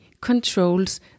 controls